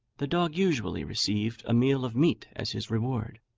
the dog usually received a meal of meat as his reward.